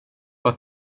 vad